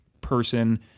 person